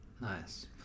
Nice